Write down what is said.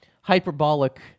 hyperbolic